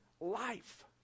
life